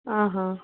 ಹಾಂ ಹಾಂ